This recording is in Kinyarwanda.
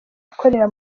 ukorera